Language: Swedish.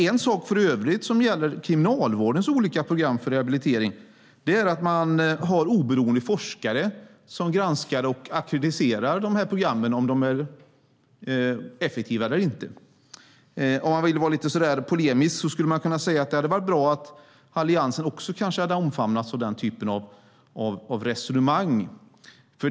En sak som gäller för Kriminalvårdens olika program för rehabilitering är att man har oberoende forskare som granskar och ackrediterar programmen för att se om de är effektiva eller inte. Om man vill vara lite polemisk kan man säga att det kanske hade varit bra om också Alliansen hade omfamnats av den typen av resonemang.